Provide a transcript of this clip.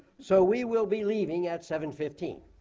so we will be leaving at seven fifteen.